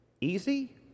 Easy